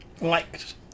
Liked